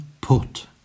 put